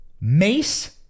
mace